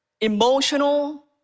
emotional